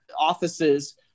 offices